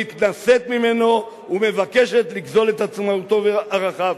מתנשאת ממנו ומבקשת לגזול את עצמאותו וערכיו.